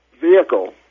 vehicle